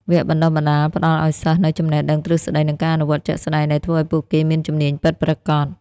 វគ្គបណ្តុះបណ្តាលផ្តល់ឱ្យសិស្សនូវចំណេះដឹងទ្រឹស្តីនិងការអនុវត្តជាក់ស្តែងដែលធ្វើឱ្យពួកគេមានជំនាញពិតប្រាកដ។